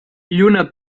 lluna